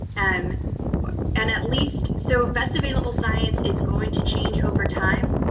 and but and at least. so best available science is going to change over time.